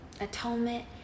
atonement